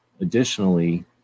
additionally